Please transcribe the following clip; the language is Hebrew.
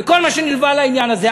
וכל מה שנלווה לעניין הזה,